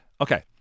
Okay